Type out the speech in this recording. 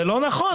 זה לא נכון.